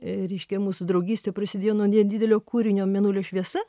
reiškia mūsų draugystė prasidėjo nuo nedidelio kūrinio mėnulio šviesa